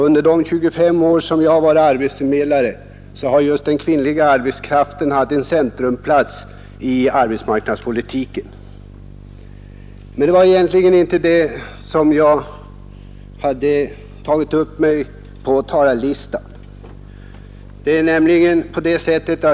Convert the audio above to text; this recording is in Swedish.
Under de 25 år som jag har varit arbetsförmedlare har just frågan om den kvinnliga arbetskraften stått i centrum för arbetsmarknadspolitiken. Men det var egentligen inte den frågan som jag hade tänkt ta upp i mitt anförande.